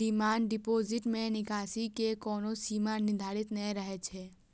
demand deposit मे निकासी के कोनो सीमा निर्धारित नै रहै छै